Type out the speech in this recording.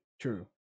True